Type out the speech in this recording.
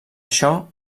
això